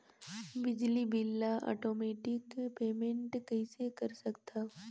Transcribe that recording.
बिजली बिल ल automatic payment कइसे कर सकथव?